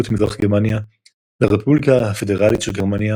את מזרח גרמניה לרפובליקה הפדרלית של גרמניה